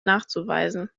nachzuweisen